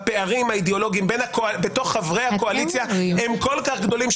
הפערים האידיאולוגיים בין חברי הקואליציה הם כל כך גדולים,